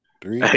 Three